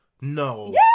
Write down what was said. no